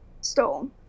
stole